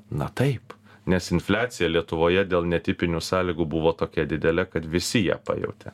na taip nes infliacija lietuvoje dėl netipinių sąlygų buvo tokia didelė kad visi ją pajautė